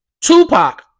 Tupac